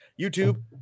youtube